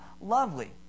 lovely